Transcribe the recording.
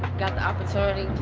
got the opportunity,